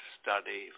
study